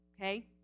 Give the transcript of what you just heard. okay